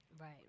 Right